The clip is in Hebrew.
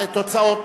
ובכן,